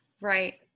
Right